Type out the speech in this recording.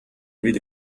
read